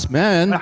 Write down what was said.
men